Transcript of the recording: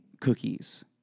cookies